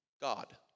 God